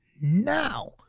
now